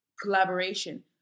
collaboration